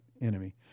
enemy